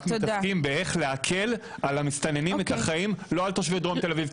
רק עוסקים באיך להקל על המסתננים את החיים ולא על תושבי דרום תל אביב.